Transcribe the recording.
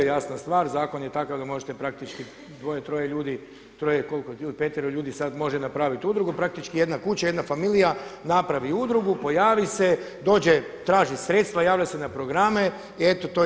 Jasna stvar, zakon je takav da možete praktički dvoje, troje ljudi, troje, koliko, ili petero ljudi sada može napraviti udrugu, praktički jedna kuća, jedna familija napravi udrugu, pojavi se, dođe, traži sredstva, javlja se na programe i eto to je.